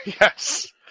Yes